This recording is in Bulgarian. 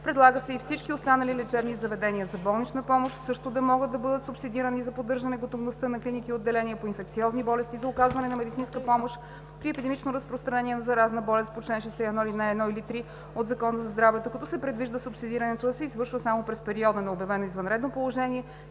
Предлага се и всички останали лечебни заведения за болнична помощ също да могат да бъдат субсидирани за поддържане готовността на клиники и отделения по инфекциозни болести за оказване на медицинска помощ при епидемично разпространение на заразна болест по чл. 61, ал. 1 или 3 от Закона за здравето, като се предвижда субсидирането да се извършва само през периода на обявено извънредно положение